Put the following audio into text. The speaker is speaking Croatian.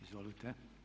Izvolite.